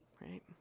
Right